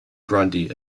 grundy